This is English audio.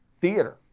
Theater